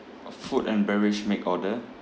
uh food and beverage make order